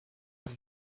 iki